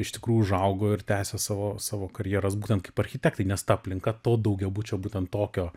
iš tikrų užaugo ir tęsia savo savo karjeras būtent kaip architektai nes ta aplinka to daugiabučio būtent tokio